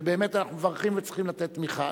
ובאמת אנחנו מברכים וצריכים לתת תמיכה.